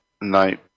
No